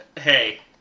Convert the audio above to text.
Hey